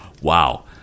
Wow